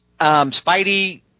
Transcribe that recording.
Spidey